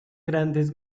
grandes